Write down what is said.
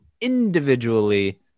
individually